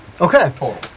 Okay